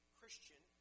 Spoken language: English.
Christian